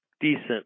decent